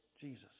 Jesus